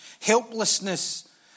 Helplessness